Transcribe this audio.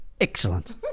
Excellent